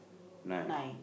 nine